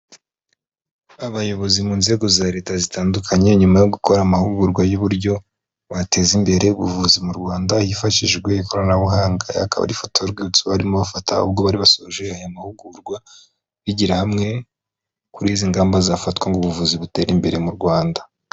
Abayobozi mu nzego za Leta zitandukanye, nyuma yo gukora amahugurwa y'uburyo bateza imbere ubuvuzi mu Rwanda hifashishijwe ikoranabuhanga, aha akaba ari ifoto y'urwibutso barimo bafata ubwo bari basoje aya mahugurwa bigira hamwe kuri izi ngamba zafatwa ngo ubuvuzi butera imbere mu Rwanda.